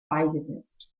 beigesetzt